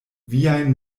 viajn